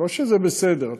לא שזה בסדר,